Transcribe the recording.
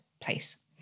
place